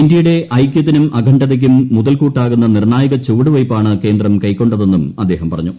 ഇന്ത്യയുടെ ഐക്യത്തിനും അഖണ്ഡതയ്ക്കും മുതൽക്കൂട്ടാകുന്ന നിർണായക ചുവടുവയ്പാണ് കേന്ദ്രം കൈക്കൊണ്ടതെന്നും അദ്ദേഹം പറഞ്ഞു